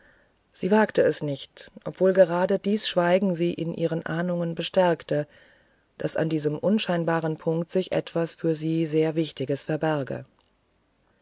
sie wagte es nicht obwohl gerade dies schweigen sie in ihrer ahnung bestärkte daß an diesem unscheinbaren punkt sich etwas für sie sehr wichtiges verberge